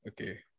okay